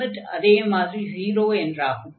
limit அதே மாதிரி 0 என்றாகும்